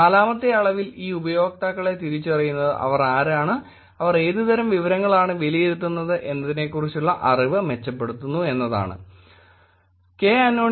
നാലാമത്തെ അളവിൽ ഈ ഉപയോക്താക്കളെ തിരിച്ചറിയുന്നത് അവർ ആരാണ് അവർ ഏതുതരം വിവരങ്ങളാണ് വിലയിരുത്തുന്നത് എന്നതിനെക്കുറിച്ചുള്ള അറിവ് മെച്ചപ്പെടുന്നു എന്നതാണ് പ്രശ്നം